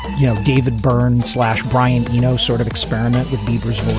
you know, david byrne slash brian, you know, sort of experiment with biebers voice.